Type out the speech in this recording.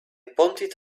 pointed